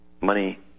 Money